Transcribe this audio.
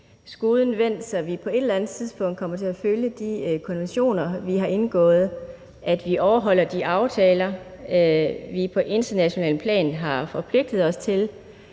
skuden vendt, så vi på et eller andet tidspunkt kommer til at følge de konventioner, vi har indgået – at vi overholder de aftaler, vi på internationalt plan har forpligtet os til.